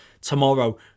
tomorrow